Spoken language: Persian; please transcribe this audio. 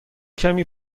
کمی